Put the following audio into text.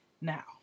now